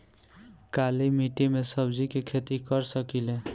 काली मिट्टी में सब्जी के खेती कर सकिले?